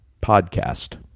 podcast